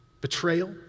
Betrayal